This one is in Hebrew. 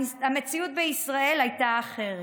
המציאות בישראל הייתה אחרת,